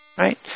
right